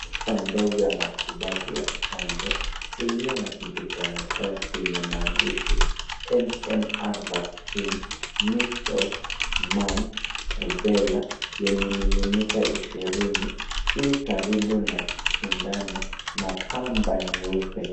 Chupa ndogo ya matibabu ya chanjo iliyo na kijikaratasi yenye maandishi MMR vaccine, measles, mumps, rubella yenye milimita ishirini i karibu na sindano na pamba nyeupe.